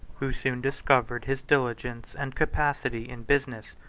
who soon discovered his diligence and capacity in business,